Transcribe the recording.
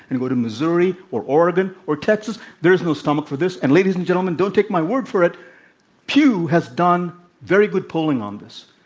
and go to missouri or oregon or texas, there is no stomach for this. and, ladies and gentlemen, don't take my word for it pew has done very good polling on this.